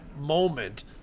moment